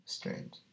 strange